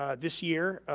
ah this year,